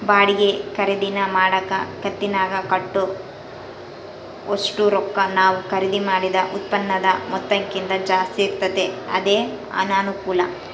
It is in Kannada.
ಬಾಡಿಗೆ ಖರೀದಿನ ಮಾಡಕ ಕಂತಿನಾಗ ಕಟ್ಟೋ ಒಷ್ಟು ರೊಕ್ಕ ನಾವು ಖರೀದಿ ಮಾಡಿದ ಉತ್ಪನ್ನುದ ಮೊತ್ತಕ್ಕಿಂತ ಜಾಸ್ತಿ ಇರ್ತತೆ ಅದೇ ಅನಾನುಕೂಲ